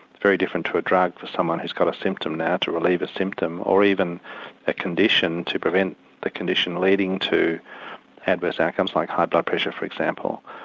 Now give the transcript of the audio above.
very different to a drug for someone who's got a symptom now, to relieve a symptom or even a condition to prevent the condition leading to adverse outcomes like high blood pressure for example.